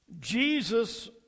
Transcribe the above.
Jesus